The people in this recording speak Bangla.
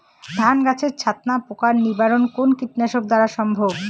ধান গাছের ছাতনা পোকার নিবারণ কোন কীটনাশক দ্বারা সম্ভব?